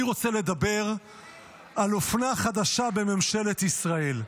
אני רוצה לדבר על אופנה חדשה בממשלת ישראל.